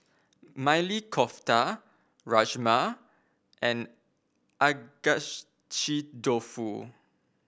Maili Kofta Rajma and Agedashi Dofu